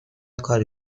کاری